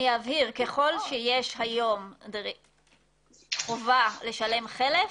ככל שיש היום חובה לשלם חלף,